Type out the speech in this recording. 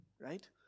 right